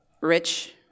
rich